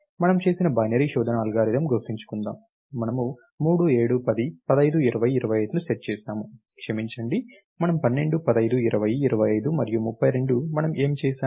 మనము చేసిన బైనరీ శోధన అల్గోరిథం గుర్తుంచుకుందాం మనము 3 7 10 15 20 25 ని సెట్ చేసాము క్షమించండి మనం 12 15 20 25 మరియు 32 మనం ఏమి చేసాము